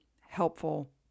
helpful